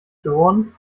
geworden